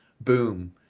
Boom